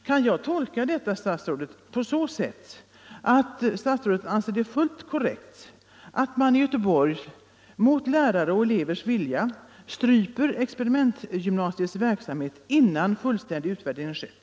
Kan jag tolka detta, fru statsråd, på så sätt att statsrådet anser det fullt korrekt att man i Göteborg mot lärares och elevers vilja stryper experimentgymnasiets verksamhet innan fullständig utvärdering skett?